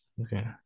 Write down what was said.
Okay